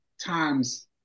times